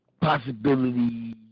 possibility